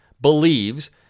believes